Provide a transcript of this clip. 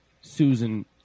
Susan